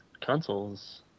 consoles